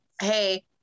hey